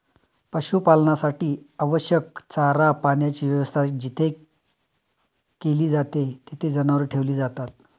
पशुपालनासाठी आवश्यक चारा पाण्याची व्यवस्था जेथे केली जाते, तेथे जनावरे ठेवली जातात